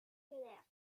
gelernt